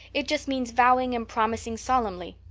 it just means vowing and promising solemnly.